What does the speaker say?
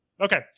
Okay